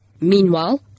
Meanwhile